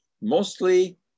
mostly